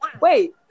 wait